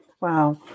Wow